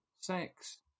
sex